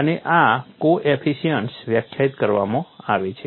અને આ કોએફિશિયન્ટ્સ વ્યાખ્યાયિત કરવામાં આવે છે